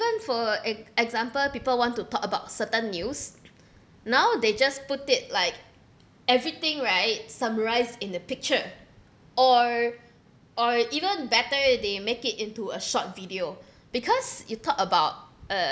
even for ex~ example people want to talk about certain news now they just put it like everything right summarized in the picture or or even better if they make it into a short video because you talk about